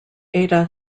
eta